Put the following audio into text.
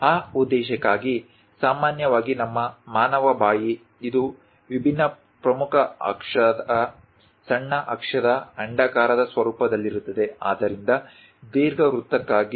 ಆ ಉದ್ದೇಶಕ್ಕಾಗಿ ಸಾಮಾನ್ಯವಾಗಿ ನಮ್ಮ ಮಾನವ ಬಾಯಿ ಇದು ವಿಭಿನ್ನ ಪ್ರಮುಖ ಅಕ್ಷದ ಸಣ್ಣ ಅಕ್ಷದ ಅಂಡಾಕಾರದ ಸ್ವರೂಪದಲ್ಲಿರುತ್ತದೆ ಆದ್ದರಿಂದ ದೀರ್ಘವೃತ್ತಕ್ಕಾಗಿ